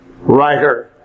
writer